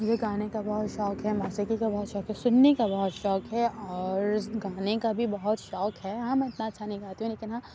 مجھے گانے کا بہت شوق ہے موسیقی کا بہت شوق ہے سننے کا بہت شوق ہے اور گانے کا بھی بہت شوق ہے ہاں میں اتنا اچھا نہیں گاتی ہوں لیکن ہاں